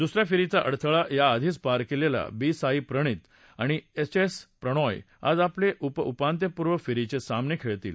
द्सऱ्या फेरीचा अडथळा याआधीच पार केलेले बी साई प्रणित आणि एच एस प्रणोय आज आपले उपउपांत्यपूर्व फेरीचे सामने खेळतील